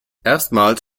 erstmals